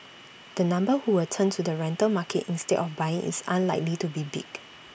the number who will turn to the rental market instead of buying is unlikely to be big